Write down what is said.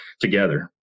together